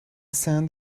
sand